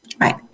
right